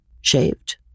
shaved